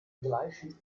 gleichen